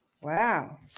Wow